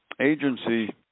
agency